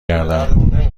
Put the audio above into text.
گردم